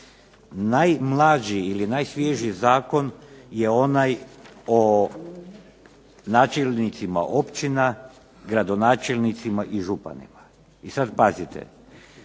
najmlađi ili najsvježiji zakon je onaj o načelnicima općina, gradonačelnicima i županima. I sad pazite,